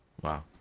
Wow